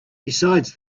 besides